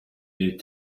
est